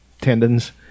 tendons